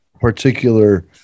particular